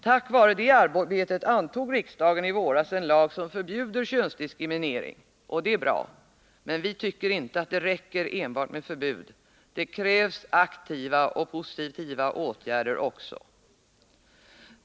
Tack vare det arbetet antog riksdagen i våras en lag som förbjuder könsdiskriminering — och det är bra. Men det räcker inte med enbart förbud. Det krävs också aktiva och positiva åtgärder.